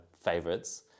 favorites